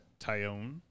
Tyone